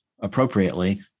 appropriately